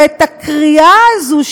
ואת הקריעה הזאת,